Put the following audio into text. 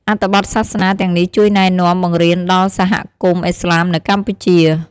អត្ថបទសាសនាទាំងនេះជួយណែនាំ បង្រៀនដល់សហគមន៍អ៊ីស្លាមនៅកម្ពុជា។